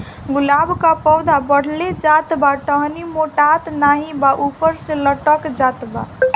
गुलाब क पौधा बढ़ले जात बा टहनी मोटात नाहीं बा ऊपर से लटक जात बा?